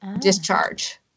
discharge